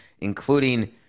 including